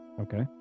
Okay